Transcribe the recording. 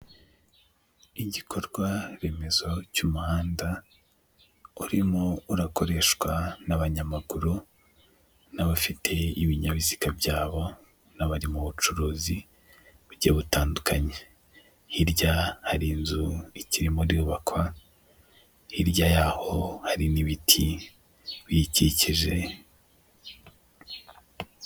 Igikorwa remezo cy'umuhanda urimo urakoreshwa n'abanyamaguru n'abafite ibinyabiziga byabo n'abari mu bucuruzi bugiye butandukanye, hirya hari inzu ikirimo yubakwa, hirya y'aho hari n'ibiti biyikikije.